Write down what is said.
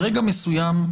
ברגע מסוים,